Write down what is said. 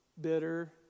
bitter